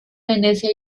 venecia